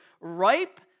ripe